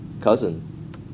cousin